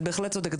את בהחלט צודקת.